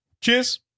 Cheers